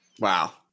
Wow